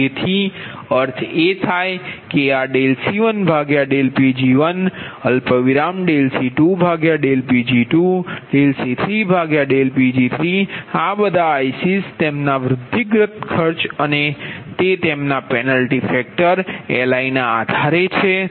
તેથી અર્થ એ થાય કે આ dC1dPg1dC2dPg2dC3dPg3 બધા ICs તેમના વૃદ્ધિગત ખર્ચ અને તે તેમના પેન્લટી ફેક્ટર Liના આધારે છે